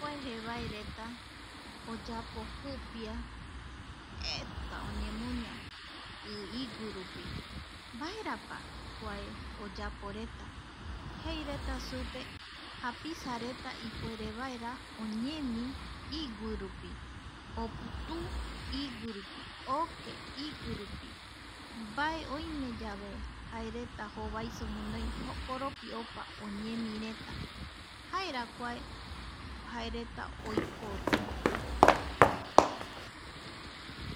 Kua jevaereta oyapo jupia, jeeta oñemuña i iguirupi. mbaerapa kuae oyaporeta, jei reta supe japisareta ipuerevaera oñemi. Iguirupi, oputuu iguirupi oke iguirupi mbae oime yave jaereta jovaiso guinoi jokoropi opa oñemi reta jaera kuae jaereta oiporu.